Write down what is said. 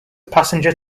passenger